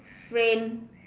frame